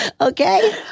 Okay